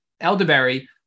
elderberry